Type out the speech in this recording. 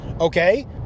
Okay